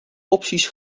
opties